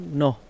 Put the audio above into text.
no